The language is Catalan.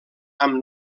amb